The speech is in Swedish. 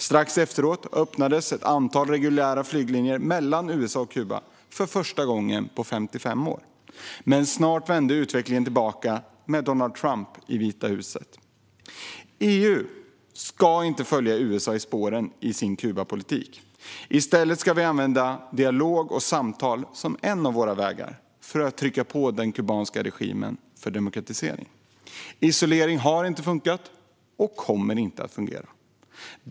Strax efteråt öppnades ett antal reguljära flyglinjer mellan USA och Kuba för första gången på 55 år. Men snart vände utvecklingen tillbaka med Donald Trump i Vita huset. EU ska inte i sin Kubapolitik följa USA i spåren. I stället ska vi använda dialog och samtal som en av våra vägar för att trycka på den kubanska regimen för demokratisering. Isolering har inte fungerat och kommer inte att fungera.